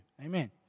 amen